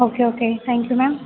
okay okay thank you ma'am